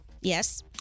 Yes